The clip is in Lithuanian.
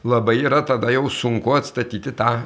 labai yra tada jau sunku atstatyti tą